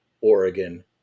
Oregon